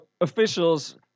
officials